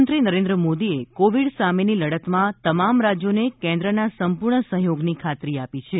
પ્રધાનમંત્રી નરેન્દ્ર મોદીએ કોવિડ સામેની લડતમાં તમામ રાજ્યોને કેન્દ્રના સંપૂર્ણ સહયોગની ખાતરી આપી છે